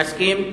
מסכים?